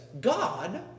God